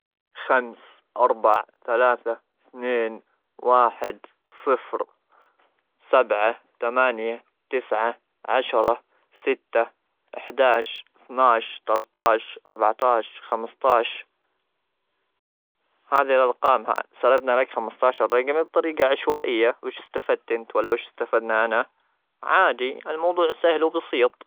خمسة، أربعة، ثلاثة، اثنين، واحد، صفر، سبعة، ثمانية، تسعة، عشرة، ستة، أحدعش، اثنعش، ثلاثتعش، أربعطعش، خمسطعش.